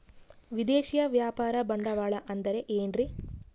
ವಿದೇಶಿಯ ವ್ಯಾಪಾರ ಬಂಡವಾಳ ಅಂದರೆ ಏನ್ರಿ?